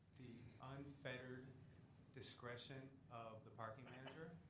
um unfettered discretion of the parking manager.